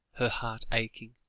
her heart aching,